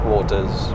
Waters